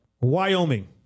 Wyoming